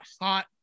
hot